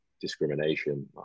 discrimination